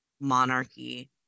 monarchy